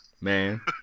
Man